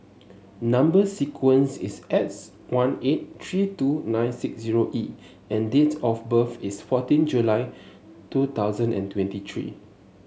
number sequence is S one eight three two nine six zero E and dates of birth is fourteen July two thousand and twenty three